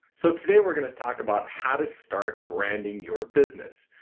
so today we're going to talk about how to start branding your business.